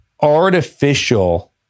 artificial